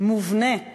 מובנית